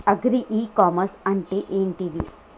Agri e commerce అంటే ఏంటిది?